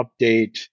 update